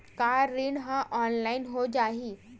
का ऋण ह ऑनलाइन हो जाही?